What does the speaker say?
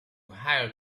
hire